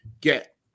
get